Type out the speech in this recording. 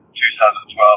2012